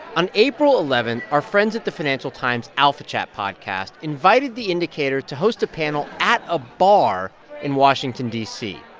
on april eleven, our friends at the financial times' alphachat podcast invited the indicator to host a panel at a bar in washington, d c.